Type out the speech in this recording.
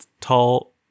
tall